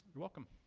you're welcome.